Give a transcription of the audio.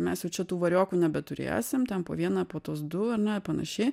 mes jau čia tų variokų nebeturėsim ten po vieną po tuos du ar ne ir panašiai